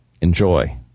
Enjoy